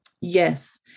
Yes